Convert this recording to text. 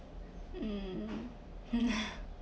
um